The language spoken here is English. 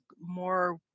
more